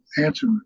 answer